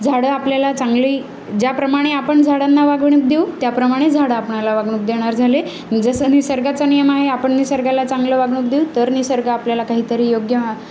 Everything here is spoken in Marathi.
झाडं आपल्याला चांगली ज्याप्रमाणे आपण झाडांना वागवणूक देऊ त्याप्रमाणे झाडं आपणाला वागणूक देणार झाले जसं निसर्गाचा नियम आहे आपण निसर्गाला चांगलं वागणूक देऊ तर निसर्ग आपल्याला काहीतरी योग्य मा